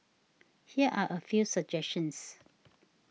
here are a few suggestions